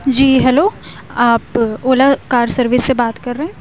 جی hello آپ Ola car service سے بات کر رہے ہیں